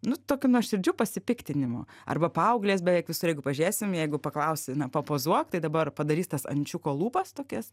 nu tokiu nuoširdžiu pasipiktinimu arba paauglės beveik visur jeigu pažiūrėsim jeigu paklausi na papozuok tai dabar padarys tas ančiuko lūpas tokias